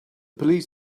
police